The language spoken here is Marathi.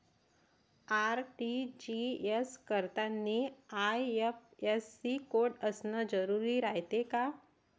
आर.टी.जी.एस करतांनी आय.एफ.एस.सी कोड असन जरुरी रायते का?